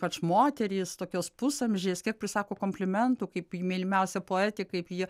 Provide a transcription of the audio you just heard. ypač moterys tokios pusamžės kiek prisako komplimentų kaip mylimiausia poetė kaip ji